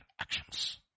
actions